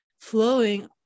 flowing